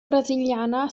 brasiliana